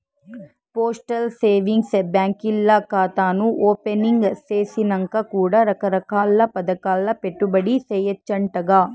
postal savings బాంకీల్ల కాతాను opening సేసినంక కూడా రకరకాల్ల పదకాల్ల పెట్టుబడి సేయచ్చంటగా